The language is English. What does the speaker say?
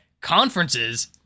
conferences